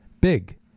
big